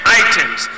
items